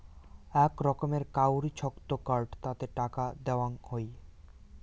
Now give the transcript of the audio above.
আক রকমের কাউরি ছক্ত কার্ড তাতে টাকা দেওয়াং হই